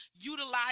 utilize